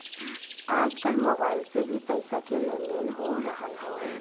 आजकल मोबाइल से भी पईसा के लेन देन हो रहल हवे